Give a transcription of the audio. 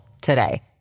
today